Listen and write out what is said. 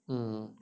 mmhmm